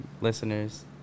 listeners